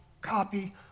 copy